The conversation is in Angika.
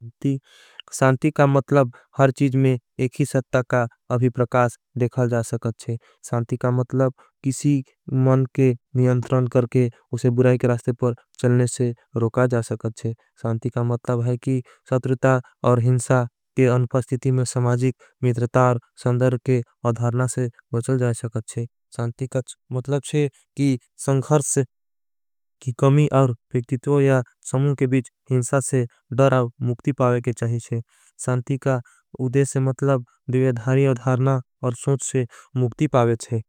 सांती का मतलब हर चीज में एक ही सत्ता का। अभी प्रकास देखा जा सकत शे सांती का मतलब। किसी मन के नियंत्रन करके उसे बुराय के रास्ते। पर चलने से रोका जा सकत शे सांती का मतलब है कि। सत्रता और हिंसा के अनुपस्तिति में समाजिक मिद्रतार। संदर के अधारना से बचल जा सकत शे सांती का मतलब। शे कि संघर्स की कमी और विक्तित्व या समूं के बीच हिंसा। से डराव मुक्ति पावे के चाहिए शे सांती का उदे से। मतलब दिव्याधारी अधारना और सोंच से मुक्ति पावे चे।